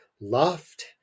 loft